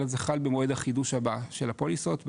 אלא זה חל במועד החידוש הבא של הפוליסות,